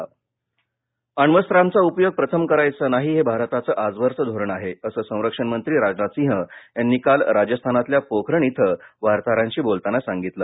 राजनाथ अण्वस्त्रांचा उपयोग प्रथम करायचा नाही हे भारताचं आजवरचं धोरण आहे असं संरक्षण मंत्री राजनाथ सिंह यांनी काल राजस्थानातल्या पोखरण इथं वार्ताहरांशी बोलताना सांगितलं